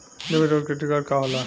Debit और credit card का होला?